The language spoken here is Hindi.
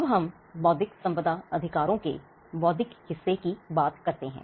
अब हम बौद्धिक संपदा अधिकारों के बौद्धिक हिस्से की बात करते हैं